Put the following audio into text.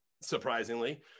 surprisingly